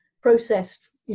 processed